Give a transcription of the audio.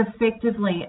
effectively